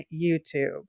YouTube